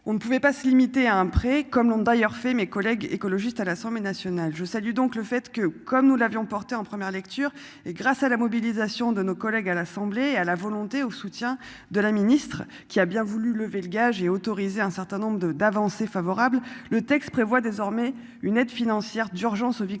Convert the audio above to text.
on ne pouvait pas se limiter à un pré-comme l'ont d'ailleurs fait mes collègues écologistes à l'Assemblée nationale. Je salue donc le fait que, comme nous l'avions en première lecture et grâce à la mobilisation de nos collègues à l'Assemblée à la volonté au soutien de la ministre qui a bien voulu lever le gage est autorisé un certain nombre de d'avancer favorable. Le texte prévoit désormais une aide financière d'urgence aux victimes